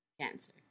Cancer